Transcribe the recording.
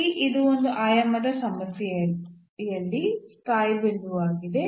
ಇಲ್ಲಿ ಇದು ಈ ಒಂದು ಆಯಾಮದ ಸಮಸ್ಯೆಯಲ್ಲಿ ಸ್ಥಾಯಿ ಬಿಂದುವಾಗಿದೆ